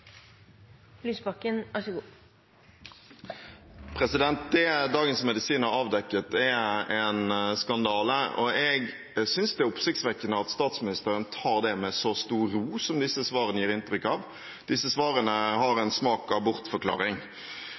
Det Dagens Medisin har avdekket, er en skandale, og jeg synes det er oppsiktsvekkende at statsministeren tar det med så stor ro som disse svarene gir inntrykk av. Disse svarene har en smak